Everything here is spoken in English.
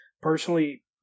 personally